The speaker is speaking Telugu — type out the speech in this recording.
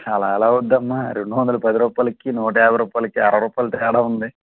అలా అలా వద్దమ్మ రెండువందల పది రూపాలకి నూట యాభై రూపాలకు అరవై రూపాలు తేడా ఉంది